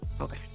Okay